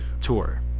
tour